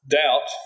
doubt